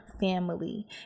family